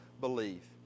believe